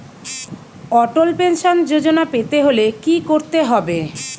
অটল pension Yojana পেতে হলে কি করতে হবে?